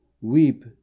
weep